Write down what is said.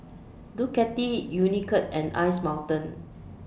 Ducati Unicurd and Ice Mountain